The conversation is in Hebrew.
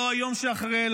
לא היום שאחרי,